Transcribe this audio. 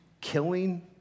Killing